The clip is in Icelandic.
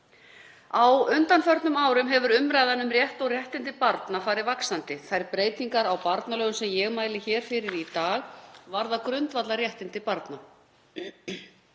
Á undanförnum árum hefur umræðan um rétt og réttindi barna farið vaxandi. Þær breytingar á barnalögum sem ég mæli hér fyrir í dag varða grundvallarréttindi barna.